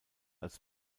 als